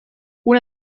una